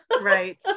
Right